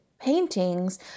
paintings